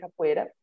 Capoeira